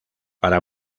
para